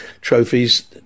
trophies